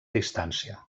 distància